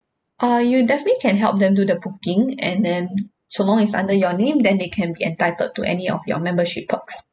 uh you definitely can help them do the booking and then so long it's under your name then they can be entitled to any of your membership perks